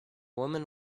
woman